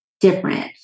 different